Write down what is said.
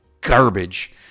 garbage